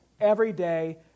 everyday